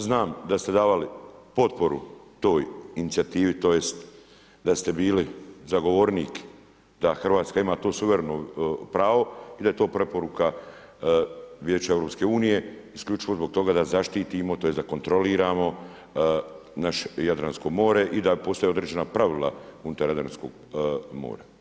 Znam da ste davali potporu toj inicijativi, tj. da ste bili zagovornik da Hrvatska ima to suvereno pravo i da je to preporuka Vijeća EU isključivo zbog toga da zaštitimo, tj. da kontroliramo naše Jadransko more i da postoje određena pravila unutar Jadranskog mora.